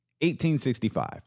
1865